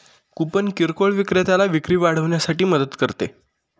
coupon किरकोळ विक्रेत्याला विक्री वाढवण्यासाठी मदत करते